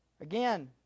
Again